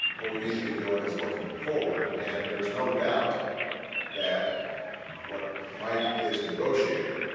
what we need to be doing is looking forward, and there's no doubt that what mike is negotiating